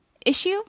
issue